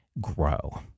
grow